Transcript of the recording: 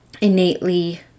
innately